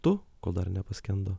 tu kol dar nepaskendo